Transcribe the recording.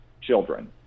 children